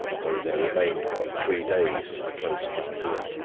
though there remained but three days to the close of our year.